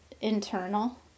internal